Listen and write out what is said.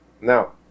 Now